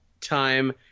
time